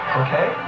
okay